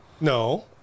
No